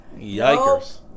Yikers